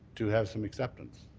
to have some acceptance.